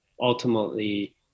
ultimately